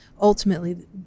ultimately